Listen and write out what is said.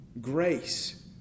grace